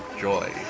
joy